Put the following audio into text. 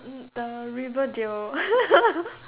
the Riverdale